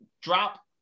drop